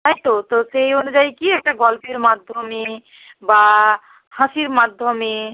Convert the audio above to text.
তাই তো তো সেই অনুযায়ী কী একটা গল্পের মাধ্যমে বা হাসির মাধ্যমে